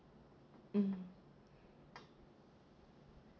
mm